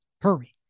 hurry